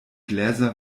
gläser